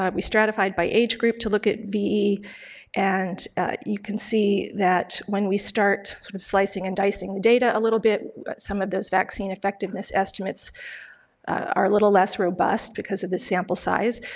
ah we stratified by age group to look ve and you can see that when we start sort of slicing and dicing the data a little bit some of those vaccine effectiveness estimates are a little less robust because of the sample size,